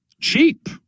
cheap